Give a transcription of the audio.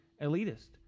Elitist